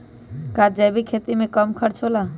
का जैविक खेती में कम खर्च होला?